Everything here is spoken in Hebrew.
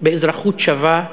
באזרחות שווה,